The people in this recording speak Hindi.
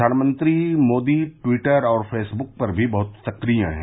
प्रधानमंत्री मोदी टिवटर और फेसबुक पर भी बहत सक्रिय हैं